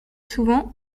souvent